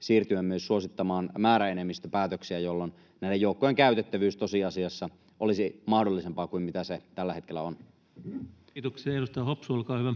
siirtyä myös suosittamaan määräenemmistöpäätöksiä, jolloin näiden joukkojen käytettävyys tosiasiassa olisi mahdollisempaa kuin mitä se tällä hetkellä on? Kiitoksia. — Edustaja Hopsu, olkaa hyvä.